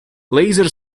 laser